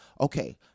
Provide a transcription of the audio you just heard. okay